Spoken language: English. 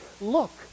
look